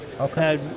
Okay